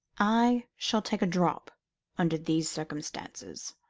i shall take a drop under these circumstances.